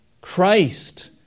Christ